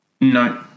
No